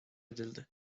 edildi